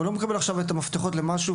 הוא לא מקבל את המפתחות למשהו,